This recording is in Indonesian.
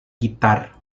gitar